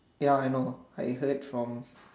ya I know I heard from